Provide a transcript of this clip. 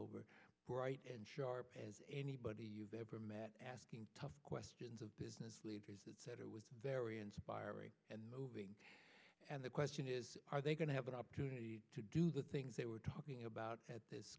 over and sharp as anybody you've ever met asking tough questions of business leaders that said it was very inspiring and moving and the question is are they going to have an opportunity to do the things they were talking about at this